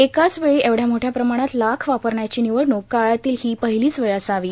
एकाच वेळी एवढ्या मोठ्या प्रमाणात लाख वापरण्याची र्गिनवडणूक काळातील हो पाहलाच वेळ असावी